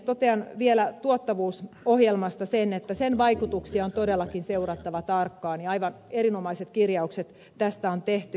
totean vielä tuottavuusohjelmasta että sen vaikutuksia on todellakin seurattava tarkkaan ja aivan erinomaiset kirjaukset tästä on tehty